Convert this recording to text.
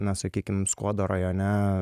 na sakykim skuodo rajone